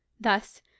Thus